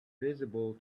visible